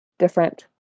different